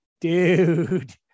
dude